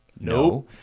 no